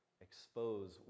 expose